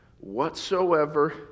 whatsoever